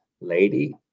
lady